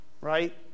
right